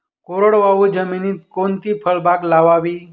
कोरडवाहू जमिनीत कोणती फळबाग लावावी?